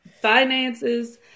Finances